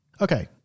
Okay